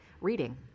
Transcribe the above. reading